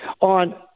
on